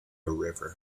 river